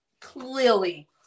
clearly